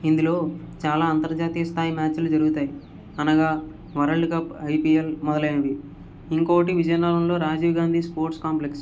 ఇందులో చాలా అంతర్జాతీయ స్థాయి మ్యాచ్లు జరుగుతాయి అనగా వరల్డ్ కప్ ఐపీఎల్ మొదలైనవి ఇంకోటి విజయనగరంలో రాజీవ్ గాంధీ స్పోర్ట్స్ కాంప్లెక్స్